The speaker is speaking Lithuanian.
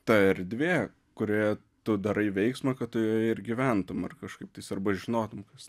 ta erdvė kurioje tu darai veiksmą kad tu joje ir gyventum ar kažkaip tais arba žinotum kas